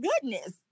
goodness